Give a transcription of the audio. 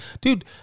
dude